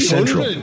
Central